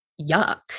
yuck